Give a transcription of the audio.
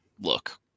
look